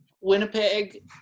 Winnipeg